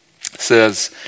says